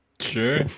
Sure